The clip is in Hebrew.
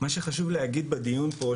מה שחשוב להגיד בדיון פה,